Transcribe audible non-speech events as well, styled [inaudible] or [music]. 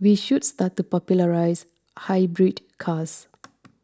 we should start to popularise hybrid cars [noise]